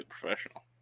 Professional